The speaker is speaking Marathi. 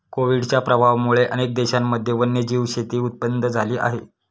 कोविडच्या प्रभावामुळे अनेक देशांमध्ये वन्यजीव शेती बंद झाली आहे